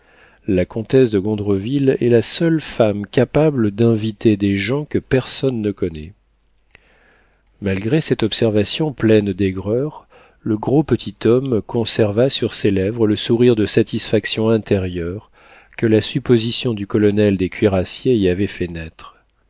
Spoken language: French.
la comtesse de gondreville est la seule femme capable d'inviter des gens que personne ne connaît malgré cette observation pleine d'aigreur le gros petit homme conserva sur ses lèvres le sourire de satisfaction intérieure que la supposition du colonel des cuirassiers y avait fait naître